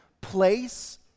place